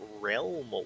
Realm